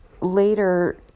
later